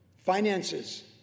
Finances